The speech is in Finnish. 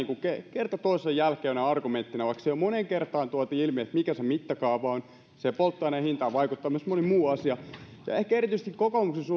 kerta toisensa jälkeen argumenttina vaikka jo moneen kertaan on tuotu ilmi mikä sen mittakaava on siihen polttoaineen hintaan vaikuttaa myös moni muu asia ja erityisesti kokoomuksen